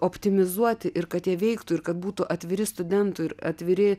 optimizuoti ir kad jie veiktų ir kad būtų atviri studentų ir atviri